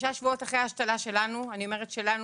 שישה שבועות אחרי ההשתלה שלנו אני אומרת שלנו,